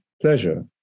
pleasure